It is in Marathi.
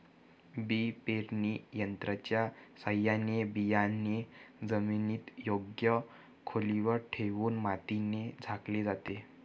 बी पेरणी यंत्राच्या साहाय्याने बियाणे जमिनीत योग्य खोलीवर ठेवून मातीने झाकले जाते